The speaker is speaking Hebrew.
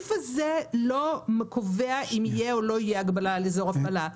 הסעיף הזה לא קובע אם תהיה או לא תהיה הגבלה על אזור הפעלה.